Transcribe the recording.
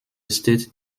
steht